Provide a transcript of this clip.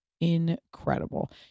incredible